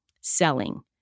selling